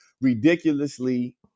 ridiculously